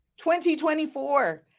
2024